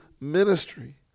ministry